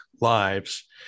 lives